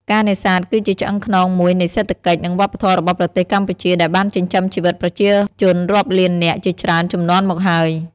ការនេសាទគឺជាឆ្អឹងខ្នងមួយនៃសេដ្ឋកិច្ច និងវប្បធម៌របស់ប្រទេសកម្ពុជា ដែលបានចិញ្ចឹមជីវិតប្រជាជនរាប់លាននាក់ជាច្រើនជំនាន់មកហើយ។